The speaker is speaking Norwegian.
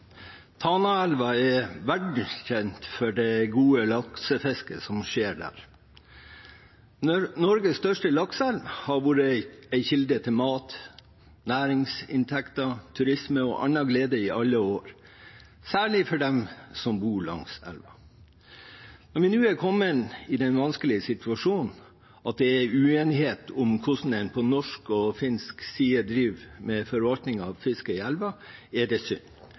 Tanaelva er verdenskjent for det gode laksefisket. Norges største lakseelv har vært en kilde til mat, næringsinntekter, turisme og annen glede i alle år, særlig for dem som bor langs elva. Når vi nå er kommet i den vanskelige situasjonen at det er uenighet om hvordan en på norsk og finsk side driver forvaltningen av fisket i elva, er det synd.